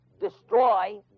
destroy